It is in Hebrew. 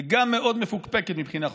וגם מאוד מפוקפקת מבחינה חוקית.